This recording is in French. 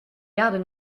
gardes